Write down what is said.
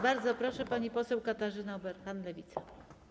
Bardzo proszę, pani poseł Katarzyna Ueberhan, Lewica.